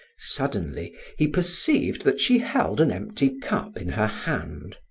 suddenly he perceived that she held an empty cup in her hand,